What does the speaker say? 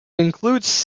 includes